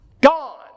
gone